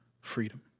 freedom